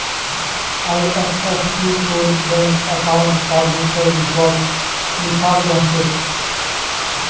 IFSC code bank अंकाउट पासबुकवर पर लिखाल रह छेक